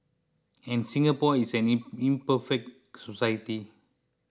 and Singapore is any imperfect society